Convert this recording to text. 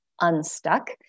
unstuck